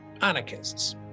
anarchists